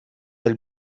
del